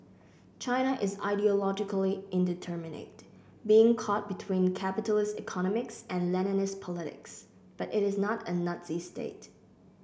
China is ideologically indeterminate being caught between capitalist economics and Leninist politics but it is not a Nazi state